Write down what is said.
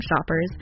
shoppers